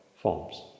forms